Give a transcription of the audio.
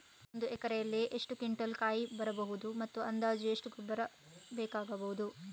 ಒಂದು ಎಕರೆಯಲ್ಲಿ ಎಷ್ಟು ಕ್ವಿಂಟಾಲ್ ಕಾಯಿ ಬರಬಹುದು ಮತ್ತು ಅಂದಾಜು ಎಷ್ಟು ಗೊಬ್ಬರ ಬೇಕಾಗಬಹುದು?